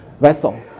vessel